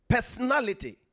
personality